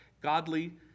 godly